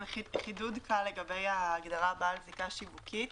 חידוד קל לגבי ההגדרה "בעל זיקה שיווקית",